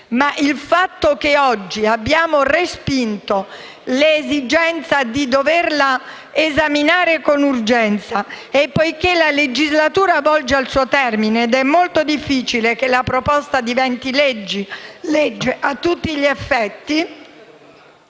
ma il fatto che oggi abbiamo respinto l'esigenza di doverla esaminare con urgenza, e poiché la legislatura volge al suo termine ed è molto difficile che la proposta diventi legge a tutti gli effetti,